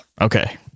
Okay